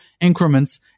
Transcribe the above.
increments